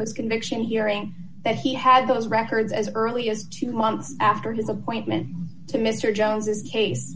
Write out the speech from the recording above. post conviction hearing that he had those records as early as two months after his appointment to mr jones's case